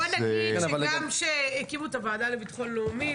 בואו נגיד שגם שהקימו את הועדה לביטחון לאומי,